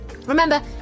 Remember